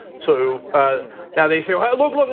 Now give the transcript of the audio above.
so ah now they say, hey, look, look,